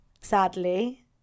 sadly